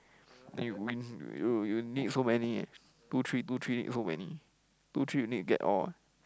then you win you you need so many two three two three need so many two three you need to get all